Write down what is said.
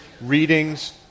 readings